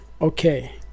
okay